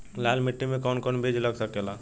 लाल मिट्टी में कौन कौन बीज लग सकेला?